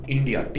India